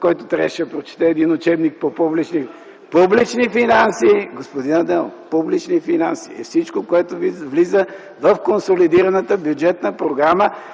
който трябваше да прочете един учебник по публични финанси. Господин Адемов, публични финанси е всичко, което влиза в консолидираната бюджетна програма.